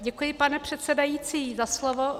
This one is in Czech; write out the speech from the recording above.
Děkuji, pane předsedající, za slovo.